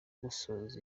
gusoza